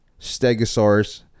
stegosaurus